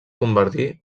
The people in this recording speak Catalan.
convertir